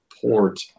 port